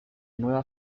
nueva